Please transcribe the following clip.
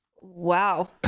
wow